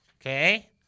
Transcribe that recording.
Okay